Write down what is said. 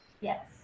Yes